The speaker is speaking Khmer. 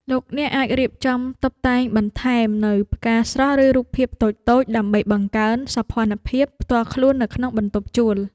លោកអ្នកអាចរៀបចំតុបតែងបន្ថែមនូវផ្កាស្រស់ឬរូបភាពតូចៗដើម្បីបង្កើនសោភ័ណភាពផ្ទាល់ខ្លួននៅក្នុងបន្ទប់ជួល។